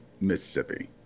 Mississippi